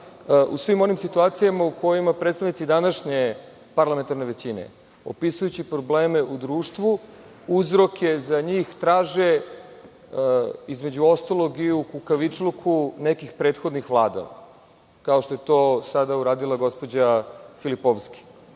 u svim onim situacijama u kojima predstavnici današnje parlamentarne većine, opisujući probleme u društvu za koje uzrok traže između ostalog i u kukavičluku nekih prethodnih vlada, kao što je to sada uradila gospođa Filipovski. Ne